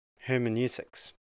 hermeneutics